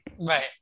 Right